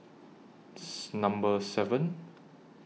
Number seven